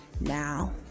Now